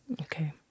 okay